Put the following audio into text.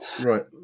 Right